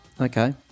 Okay